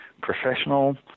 professional